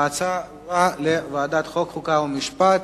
ההצעה עברה לוועדת החוקה, חוק ומשפט.